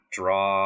draw